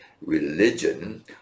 religion